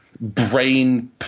brain